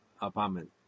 apartment